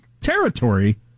territory